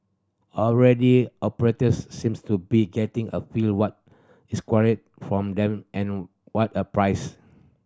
already operators seems to be getting a feel what is required from them and what a price